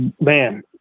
Man